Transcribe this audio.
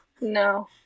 No